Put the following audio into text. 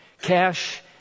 Cash